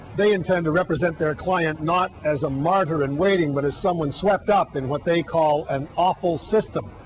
they intend to represent their client not as a martyr-in-waiting, but as someone swept up in what they call an awful system.